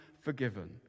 forgiven